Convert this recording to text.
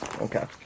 okay